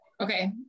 Okay